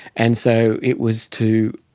and so it was to